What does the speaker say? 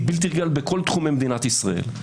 בלתי רגילה בכל תחומי מדינת ישראל.